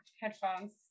headphones